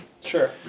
sure